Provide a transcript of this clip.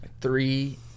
three